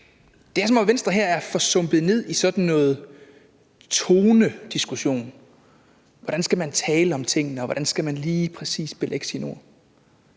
det er, som om Venstre er sunket ned til sådan noget tonediskussion. Hvordan skal man tale om tingene, og hvordan skal man lige præcis belægge sine ord?